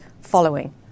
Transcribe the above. following